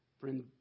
Friend